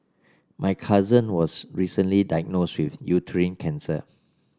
my cousin was recently diagnosed with uterine cancer